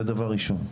זה דבר ראשון.